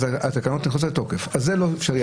התקנות נכנסות לתוקף זה לא אפשרי הפעם?